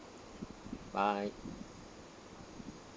bye